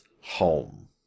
home